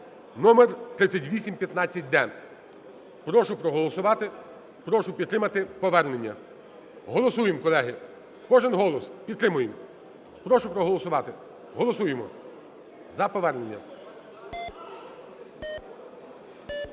(№3815-д). Прошу проголосувати, прошу підтримати повернення. Голосуємо, колеги, кожен голос, підтримуємо. Прошу проголосувати, голосуємо за повернення.